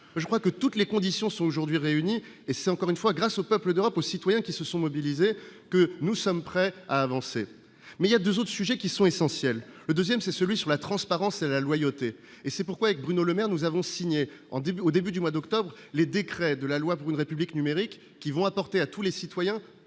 je crois que toutes les conditions sont aujourd'hui réunies et c'est encore une fois grâce aux peuples d'Europe aux citoyens qui se sont mobilisés, que nous sommes prêts à avancer mais il y a 2 autres sujets qui sont essentiels : le 2ème, c'est celui sur la transparence et la loyauté, et c'est pourquoi avec Bruno Le Maire, nous avons signé en début, au début du mois d'octobre, les décrets de la loi pour une République numérique qui vont apporter à tous les citoyens,